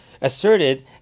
asserted